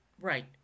Right